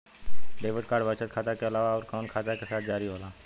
Debit card बचत खाता के अलावा अउरकवन खाता के साथ जारी होला?